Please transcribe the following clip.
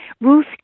Ruth